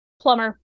Plumber